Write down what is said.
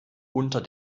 unter